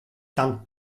dank